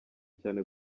cyane